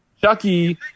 Chucky